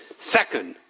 second,